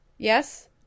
Yes